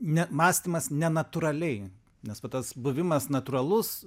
ne mąstymas nenatūraliai nes va tas buvimas natūralus